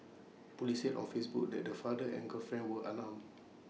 Police said or Facebook that the father and girlfriend were are long